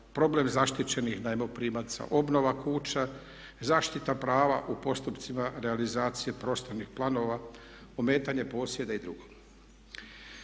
problem zaštićenih najmoprimaca, obnova kuća, zaštita prava u postupcima realizacije prostornih planova, ometanje posjeda i drugo.